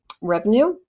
revenue